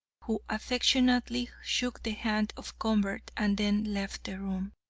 who affectionately shook the hand of convert, and then left the room.